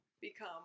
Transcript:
become